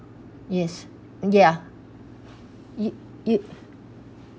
yes ya you you